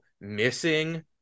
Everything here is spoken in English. missing